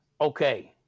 Okay